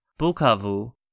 Bukavu